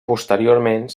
posteriorment